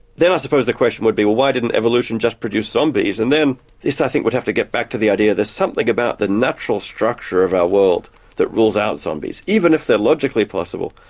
then i suppose the question would be, well why didn't evolution just produce zombies and then this, i think would have to get back to the idea that there's something about the natural structure of our world that rules out zombies, even if they're logically possible.